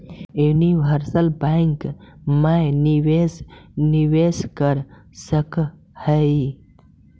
universal bank मैं निवेशक निवेश कर सकऽ हइ